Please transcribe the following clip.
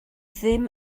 ddim